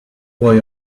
boy